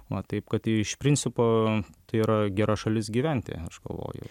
va taip kad iš principo tai yra gera šalis gyventi aš galvoju